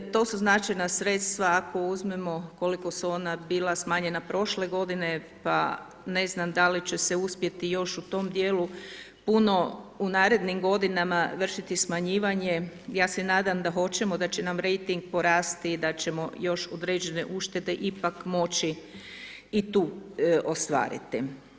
To su znači na sredstva, ako uzmemo koliko su ona bila smanjena prošle godine, pa ne znam da li će se uspjeti još u tom dijelu puno u narednim godinama vršiti smanjivanje, ja se nadam da hoćemo da će nam rejting porasti i da ćemo još određene uštede ipak moći i tu ostvariti.